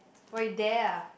but you dare ah